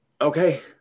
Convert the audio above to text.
Okay